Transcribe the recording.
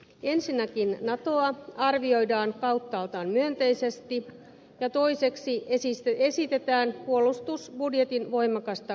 ensinnäkin natoa arvioidaan kauttaaltaan myönteisesti ja toiseksi esitetään puolustusbudjetin voimakasta kasvattamista